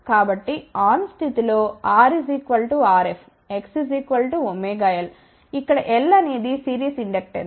కాబట్టి ఆన్ స్థితిలో R Rf X ωL ఇక్కడ L అనేది సిరీస్ ఇండక్టెన్స్